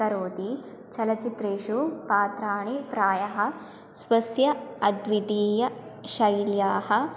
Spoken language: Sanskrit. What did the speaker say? करोति चलच्चित्रेषु पात्राणि प्रायः स्वस्य अद्वितीयशैल्याः